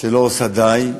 שלא עושה די,